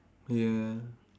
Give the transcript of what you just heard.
ya